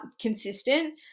consistent